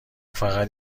فقط